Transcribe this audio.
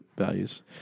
values